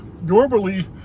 normally